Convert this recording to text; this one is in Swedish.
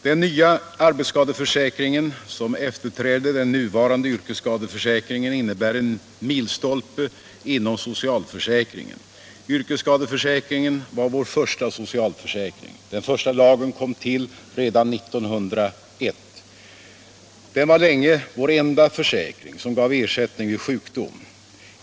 Den nya arbetsskadeförsäkringen, som efterträder den nuvarande yrkesskadeförsäkringen, innebär en milstolpe inom socialförsäkringen. Yrkesskadeförsäkringen var vår första socialförsäkring. Den första lagen kom till redan 1901. Den var länge vår enda försäkring som gav ersättning vid sjukdom.